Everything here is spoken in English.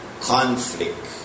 conflict